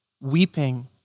weeping